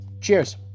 Cheers